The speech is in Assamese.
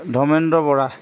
ধমেন্দ্ৰ বৰা